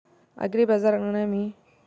అగ్రిబజార్ అనగా నేమి?